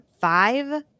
five